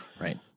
Right